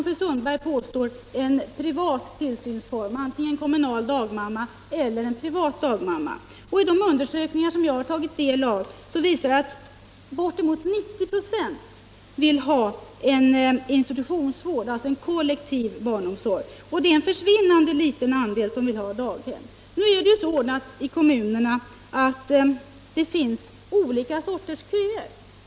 Fru Sundberg har pekat på privata tillsynsformer, antingen kommunal dagmamma eller privat dagmamma. De undersökningar som jag har tagit del av visar att bortemot 90 96 vill ha institutionsvård, alltså en kollektiv barnomsorg. En försvinnande liten andel vill ha familjedaghem. Nu finns det olika sorters köer i kommunerna.